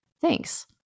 thanks